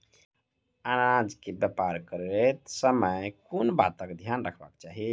अनाज केँ व्यापार करैत समय केँ बातक ध्यान रखबाक चाहि?